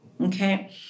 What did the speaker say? okay